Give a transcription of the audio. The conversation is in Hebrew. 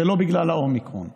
זה לא בגלל האומיקרון.